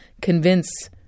convince